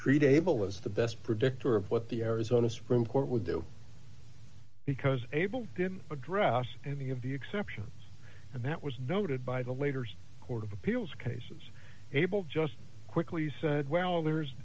treat able as the best predictor of what the arizona supreme court would do because abel didn't address any of the exception and that was noted by the later court of appeals cases abel just quickly said well there's